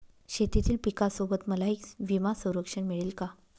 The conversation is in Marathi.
शेतीतील पिकासोबत मलाही विमा संरक्षण मिळेल का?